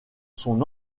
son